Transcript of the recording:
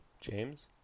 James